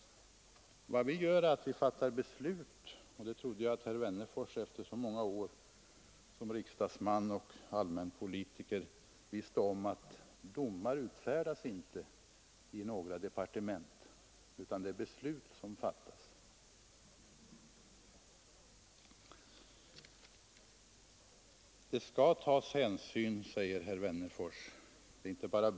Vad vi gör är att fatta beslut. Jag trodde att herr Wennerfors efter så många år som riksdagsman och allmänpolitiker visste att några domar inte utfärdas i departementen; där fattar vi bara beslut. Det inte bara bör utan skall tas hänsyn, sade herr Wennerfors. Ja, just det.